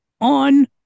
on